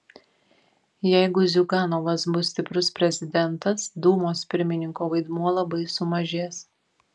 jeigu ziuganovas bus stiprus prezidentas dūmos pirmininko vaidmuo labai sumažės